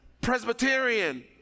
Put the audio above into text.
Presbyterian